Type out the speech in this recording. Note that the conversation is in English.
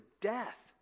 death